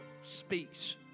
speaks